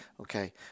Okay